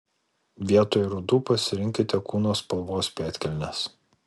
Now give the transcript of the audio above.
vietoj rudų pasirinkite kūno spalvos pėdkelnes